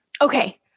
okay